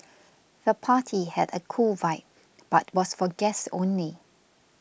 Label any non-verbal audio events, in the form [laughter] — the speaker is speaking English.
[noise] the party had a cool vibe but was for guests only